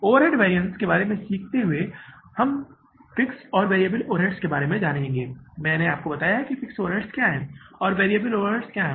overhead variance के बारे में सीखते हुए पहले हम फिक्स्ड और वैरिएबल ओवरहेड्स के बारे में जानेंगे मैंने आपको बताया कि फिक्स्ड ओवरहेड्स क्या हैं और वेरिएबल ओवरहेड्स क्या हैं